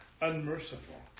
unmerciful